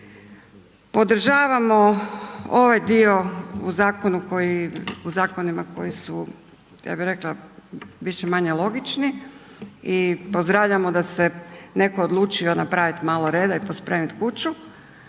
u zakonu koji, u zakonima koji su, ja bih rekla, više-manje logični i pozdravljamo da se netko odlučio napraviti malo reda i pospremiti kuću